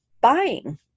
buying